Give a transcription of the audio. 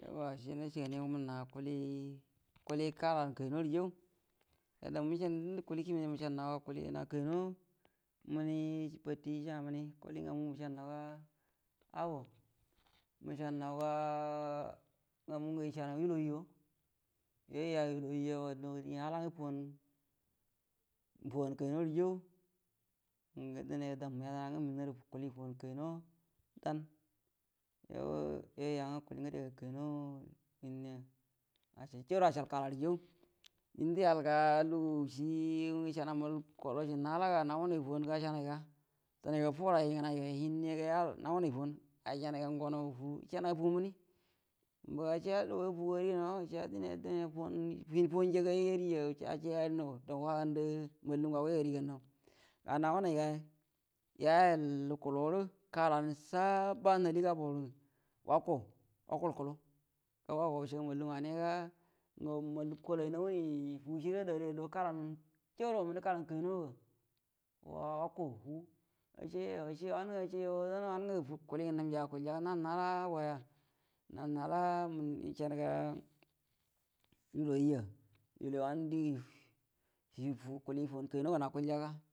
Yuo ace nacie gani agə mənna kuli kala ‘an kainuwa rə jau, ga damma kulie kiemində diendə məncəauawga kulie ngəna kainowa, mini banti, yə cəana minie, kulie ngamu ngə məcəanaugu ago məcəanguaga, ngamu ngə yəcəanəga həloyiyo yuoya həlouib mbaga diengə yayala ngə fuan kainorə jau ngə damu na yedəna məcəanaw fu’an kainowa ma, yuoyu yangwə leulie ngəde kainoma, huinnəya, ace jauro acəal kalarə jau, dien ya’al ga lugu cie yecəanəga mallum kolo ciengə malaga nawunay fu’anga denay go fuguray ngənay ga hirnəya yu cəanaga fu minie mbaga ace duguay fu arəgənaw, wuce denan fu’an hiu fu’anja ga yəriya, mbuga ace arraw dau ngə waga də mallun ngaguay ga, ga nawuna ga yayə llə kulurə kala ‘an sabba nahahie gabon rəngə wako wakol kuluə ga waw ga wucegə mallanu ngaray ga mallum kdlan nawuni fu shirə adə gəre dou kalan, jaura watnəndə kalah kainawa ga wako fu’u, ace yu dam wanəngə kuliengə nhəmya akulja ga nal nula agoya, illuoyiya, wu wanə die.